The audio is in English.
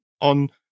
on